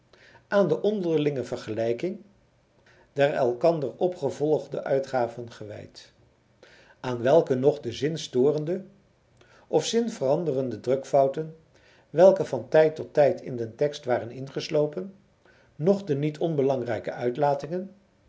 aan de onderlinge vergelijking der elkander opgevolgde uitgaven gewijd aan welke nog de zin storende of zin veranderende drukfouten welke van tijd tot tijd in den tekst waren ingeslopen noch de niet onbelangrijke uitlatingen